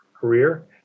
career